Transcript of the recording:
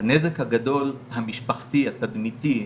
הנזק הגדול המשפחתי, התדמיתי,